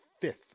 fifth